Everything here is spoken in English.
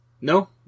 No